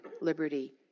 liberty